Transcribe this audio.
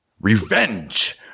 Revenge